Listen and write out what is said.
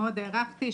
שמאוד הערכתי,